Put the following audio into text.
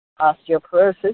osteoporosis